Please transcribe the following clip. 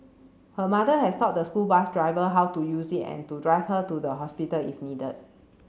her mother has taught the school bus driver how to use it and drive her to the hospital if needed